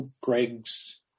Greg's